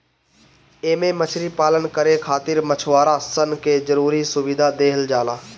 एमे मछरी पालन करे खातिर मछुआरा सन के जरुरी सुविधा देहल जाला